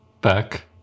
back